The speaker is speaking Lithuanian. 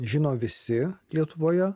žino visi lietuvoje